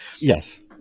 Yes